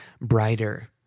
brighter